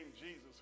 Jesus